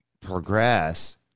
progress